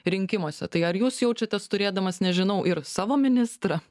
rinkimuose tai ar jūs jaučiatės turėdamas nežinau ir savo ministrą